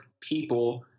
people